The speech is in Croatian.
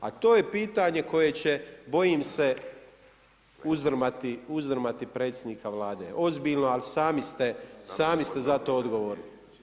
A to je pitanje, koje će bojim se uzdrmati predsjednika Vlade, ozbiljno, ali sami ste za to odgovorni.